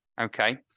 Okay